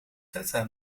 feta